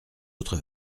autre